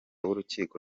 w’urukiko